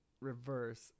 reverse